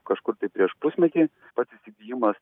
kažkur tai prieš pusmetį pats įsigijimas